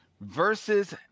versus